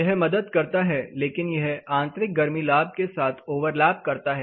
यह मदद करता है लेकिन यह आंतरिक गर्मी लाभ के साथ ओवरलैप करता है